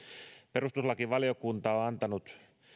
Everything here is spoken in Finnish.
perustuslakivaliokunta on on antanut